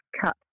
cut